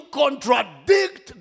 contradict